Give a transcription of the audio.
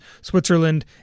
Switzerland